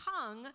tongue